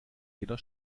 jeder